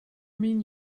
mean